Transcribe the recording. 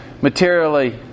materially